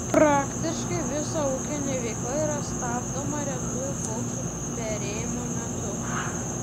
praktiškai visa ūkinė veikla yra stabdoma retųjų paukščių perėjimo metu